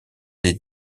des